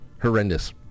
Horrendous